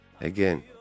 Again